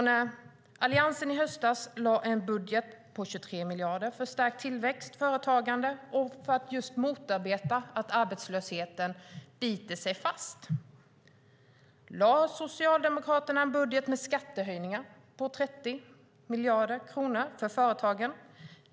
När Alliansen i höstas lade fram en budget på 23 miljarder för stärkt tillväxt och företagande och för att just motarbeta att arbetslösheten biter sig fast lade Socialdemokraterna fram en budget med skattehöjningar på 30 miljarder kronor för företagen.